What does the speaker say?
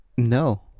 No